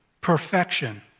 Perfection